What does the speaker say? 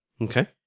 Okay